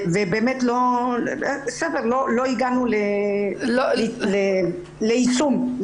לא הגענו ליישום.